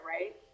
right